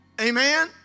Amen